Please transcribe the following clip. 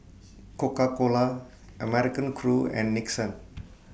Coca Cola American Crew and Nixon